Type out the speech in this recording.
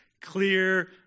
clear